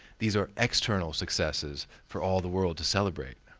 these are external successes, for all the world to celebrate.